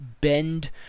bend